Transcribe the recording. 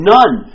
None